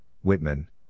Whitman